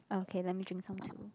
okay let me drink some too